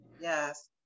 yes